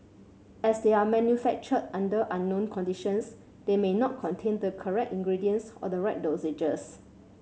as they are manufactured under unknown conditions they may not contain the correct ingredients or the right dosages